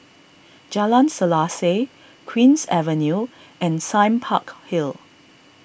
Jalan Selaseh Queen's Avenue and Sime Park Hill